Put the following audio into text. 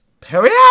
Period